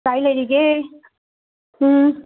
ꯀꯥꯏ ꯂꯩꯔꯤꯒꯦ ꯎꯝ